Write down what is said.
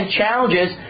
challenges